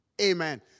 Amen